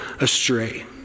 astray